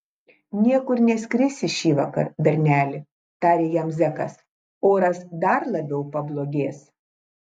niekur neskrisi šįvakar berneli tarė jam zekas oras dar labiau pablogės